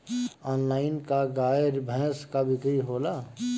Online का गाय भैंस क बिक्री होला?